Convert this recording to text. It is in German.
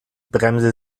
bremse